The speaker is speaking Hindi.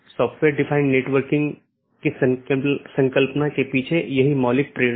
AS नंबर जो नेटवर्क के माध्यम से मार्ग का वर्णन करता है एक BGP पड़ोसी अपने साथियों को पाथ के बारे में बताता है